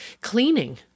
cleaning